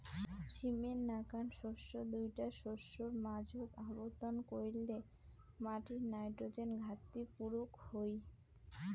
সীমের নাকান শস্য দুইটা শস্যর মাঝোত আবর্তন কইরলে মাটির নাইট্রোজেন ঘাটতি পুরুক হই